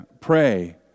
pray